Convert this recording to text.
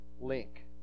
link